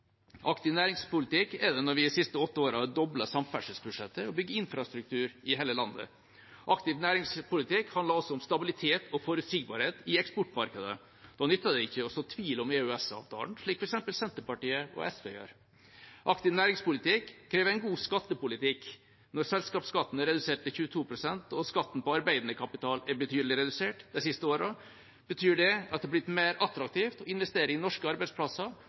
Aktiv næringspolitikk er det når vi de siste åtte årene har doblet samferdselsbudsjettet og bygd infrastruktur i hele landet. Aktiv næringspolitikk handler også om stabilitet og forutsigbarhet i eksportmarkedet. Da nytter det ikke å så tvil om EØS-avtalen, slik f.eks. Senterpartiet og SV gjør. Aktiv næringspolitikk krever en god skattepolitikk. Når selskapsskatten er redusert til 22 pst. og skatten på arbeidende kapital er betydelig redusert de siste årene, betyr det at det er blitt mer attraktivt å investere i norske arbeidsplasser